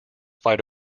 fight